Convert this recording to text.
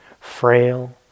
frail